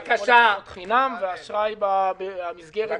להיות בחינם ואילו האשראי במסגרת העו"ש,